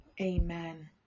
Amen